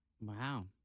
Wow